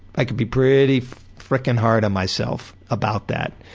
i could be pretty fricking hard on myself about that.